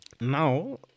Now